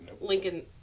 Lincoln